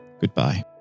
goodbye